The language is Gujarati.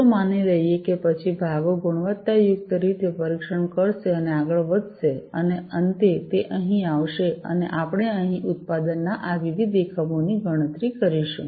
ચાલો માની લઈએ કે પછી ભાગો ગુણવત્તાયુક્ત રીતે પરીક્ષણ કરશે અને આગળ વધશે અને અંતે તે અહીં આવશે અને આપણે અહીં ઉત્પાદનના આ વિવિધ એકમોની ગણતરી કરીશું